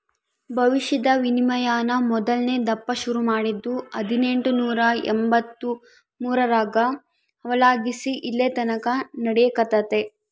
ಭವಿಷ್ಯದ ವಿನಿಮಯಾನ ಮೊದಲ್ನೇ ದಪ್ಪ ಶುರು ಮಾಡಿದ್ದು ಹದಿನೆಂಟುನೂರ ಎಂಬಂತ್ತು ಮೂರರಾಗ ಅವಾಗಲಾಸಿ ಇಲ್ಲೆತಕನ ನಡೆಕತ್ತೆತೆ